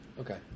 okay